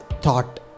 thought